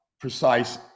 precise